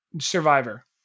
Survivor